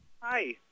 Hi